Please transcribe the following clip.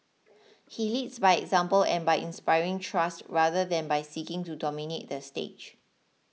he leads by example and by inspiring trust rather than by seeking to dominate the stage